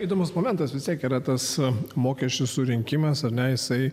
įdomus momentas vistiek yra tas mokesčių surinkimas ar ne jisai